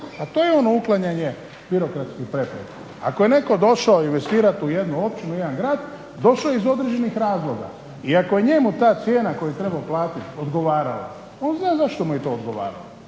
pa to je ono uklanjanje birokratskih prepreka. Ako je netko došao investirati u jednu općinu, u jedan grad došao je iz određenih razloga. I ako je njemu ta cijena koju je trebao platiti odgovarala on zna zašto mu je to odgovaralo,